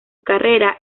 carrera